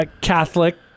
Catholic